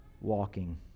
walking